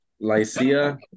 Lycia